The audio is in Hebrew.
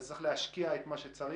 אז צריך להשקיע את מה שצריך.